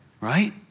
right